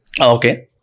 Okay